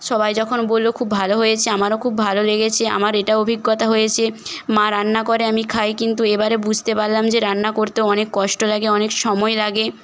সবাই যখন বলল খুব ভালো হয়েছে আমারও খুব ভালো লেগেছে আমার এটা অভিজ্ঞতা হয়েছে মা রান্না করে আমি খাই কিন্তু এবারে বুঝতে পারলাম যে রান্না করতে অনেক কষ্ট লাগে অনেক সময় লাগে